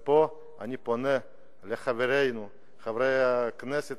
ופה אני פונה אל חברינו, חברי הכנסת